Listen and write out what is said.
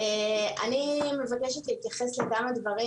אני מבקשת להתייחס לכמה דברים.